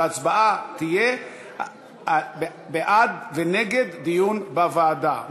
והצבעה תהיה בעד ונגד דיון בוועדה.